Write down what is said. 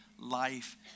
Life